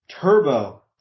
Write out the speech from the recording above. Turbo